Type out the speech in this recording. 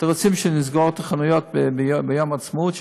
אתם רוצים שנסגור את החנויות ביום העצמאות?